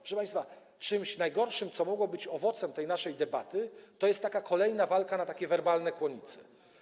Proszę państwa, czymś najgorszym, co mogło być owocem tej naszej debaty, jest kolejna walka na takie werbalne kłonice.